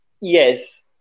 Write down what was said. yes